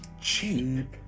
cheap